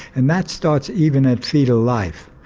and that starts even at foetal life.